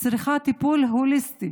צריכה טיפול הוליסטי.